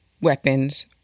weapons